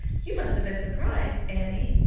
you must have been surprised, annie,